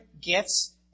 gifts